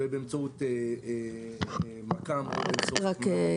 אולי באמצעות מכ"ם או תוכנת לייזר.